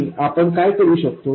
आणि आपण काय करू शकतो